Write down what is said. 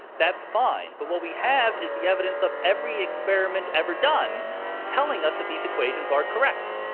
that's fine. but what we have is the evidence of every experiment ever done telling us that these equations are correct.